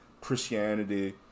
Christianity